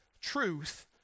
truth